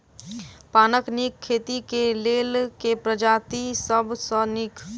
पानक नीक खेती केँ लेल केँ प्रजाति सब सऽ नीक?